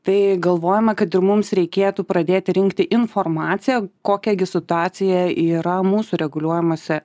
tai galvojama kad ir mums reikėtų pradėti rinkti informaciją kokia gi situacija yra mūsų reguliuojamuose